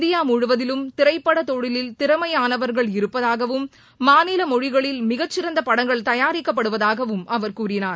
India முழுவதிலும் திரைப்பட தொழிலில் திறமையாளவர்கள் இருப்பதாகவும் மாநில மொழிகளில் மிக சிறந்த படங்கள் தயாரிக்கப்படுவதாகவும் அவர் கூறினார்